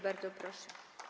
Bardzo proszę.